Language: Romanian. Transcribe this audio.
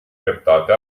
dreptate